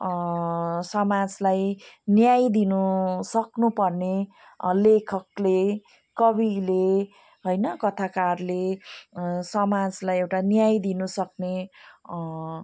समाजलाई न्याय दिनु सक्नुपर्ने लेखकले कविले हैन कथाकारले समाजलाई एउटा न्याय दिनु सक्ने